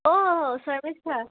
অঁ শৰ্মিষ্ঠা